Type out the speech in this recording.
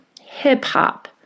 hip-hop